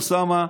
אוסאמה,